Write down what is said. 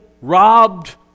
robbed